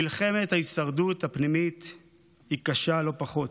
מלחמת ההישרדות הפנימית היא קשה לא פחות.